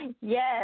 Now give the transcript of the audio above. Yes